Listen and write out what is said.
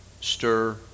stir